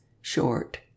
Short